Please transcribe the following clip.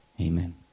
Amen